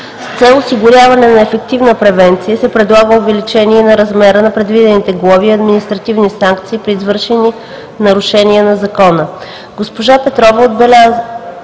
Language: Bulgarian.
С цел осигуряване на ефективна превенция се предлага увеличение и на размера на предвидените глоби и административни санкции при извършени нарушения на Закона.